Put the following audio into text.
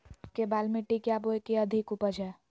केबाल मिट्टी क्या बोए की अधिक उपज हो?